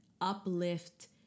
uplift